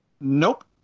Nope